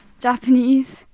Japanese